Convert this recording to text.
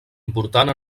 important